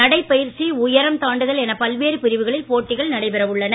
நடைப்பயிற்சி உயரம் தாண்டுதல் என பல்வேறு பிரிவுகளில் போட்டிகள் நடைபெறவுள்ளன